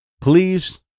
Please